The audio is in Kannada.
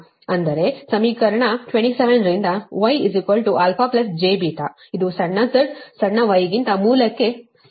ಅಂದರೆ ಸಮೀಕರಣ 27ರಿಂದ γαjβ ಇದು ಸಣ್ಣ z ಸಣ್ಣ y ಗಿಂತ ಮೂಲಕ್ಕೆ ಸಮಾನವಾಗಿರುತ್ತದೆ